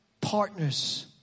partners